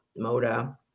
Moda